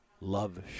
love